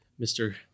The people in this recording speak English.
Mr